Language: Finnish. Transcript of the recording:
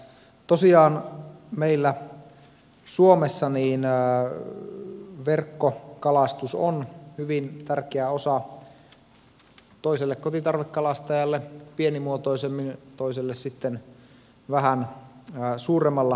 tosiaan meillä suomessa verkkokalastus on hyvin tärkeä osa toiselle kotitarvekalastajalle pienimuotoisemmin toiselle vähän suuremmalla verkkomäärällä